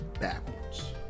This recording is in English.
backwards